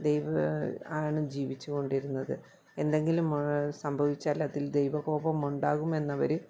ദൈവ ആണ് ജീവിച്ചുകൊണ്ടിരുന്നത് എന്തെങ്കിലും സംഭവിച്ചാലതിൽ ദൈവ കോപമുണ്ടാകുമെന്നവർ